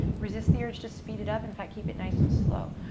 resist the urge to speed it up. in fact, keep it nice and slow.